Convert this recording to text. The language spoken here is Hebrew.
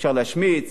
אפשר להשמיץ,